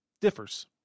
differs